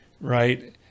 right